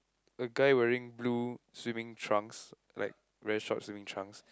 a guy wearing blue swimming trunks like very short swimming trunks